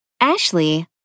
Ashley